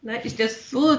na iš tiesų